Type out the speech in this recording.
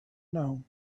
known